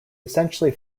essentially